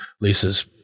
Lisa's